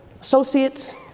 associates